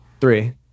Three